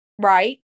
right